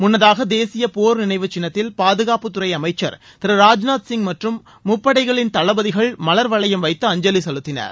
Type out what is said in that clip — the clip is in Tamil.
முன்னதாக தேசிய போர் நினைவு சின்னத்தில் பாதுகாப்புத்துறை அமைச்சர் திரு ராஜ்நாத் சிங் மற்றும் முப்படைகளின் தளபதிகள் மலர் வளையம் வைத்து அஞ்சலி செலுத்தினர்